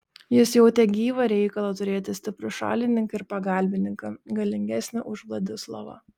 jis jautė gyvą reikalą turėti stiprų šalininką ir pagalbininką galingesnį už vladislovą